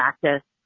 practice